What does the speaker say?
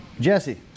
jesse